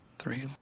Three